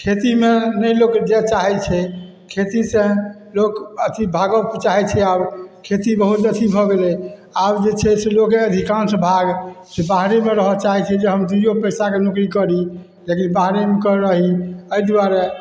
खेती मे नहि लोक जाय चाहै छै खेती से लोक अथी भागि कऽ चाहै छै आब खेती बहुत अथी भऽ गेलै आब जे छै से लोगके अधिकांश भाग से बाहरेमे रहऽ चाहै छै हम दूइयो पैसाके नौकरी करी जेकि बाहरेमे कऽ रही एहि दुआरे